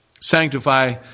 Sanctify